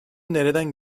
nereden